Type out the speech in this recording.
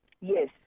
Yes